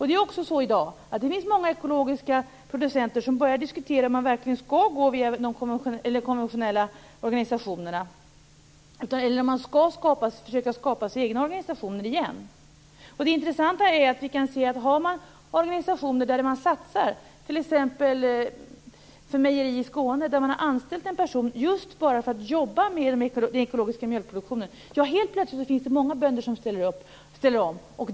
Det finns i dag många ekologiska producenter som börjat diskutera om de verkligen skall gå via de konventionella organisationerna eller om de på nytt skall skapa sina egna organisationer. Det intressanta är om man har organisationer där man satsar. Det gäller t.ex. ett mejeri i Skåne, där man har anställt en person just för att bara jobba med den ekologiska mjölkproduktionen. Då finns det helt plötsligt många bönder som ställer om.